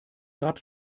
rad